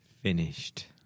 finished